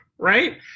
right